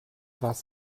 was